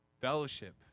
Fellowship